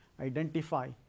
identify